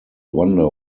wonder